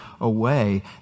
away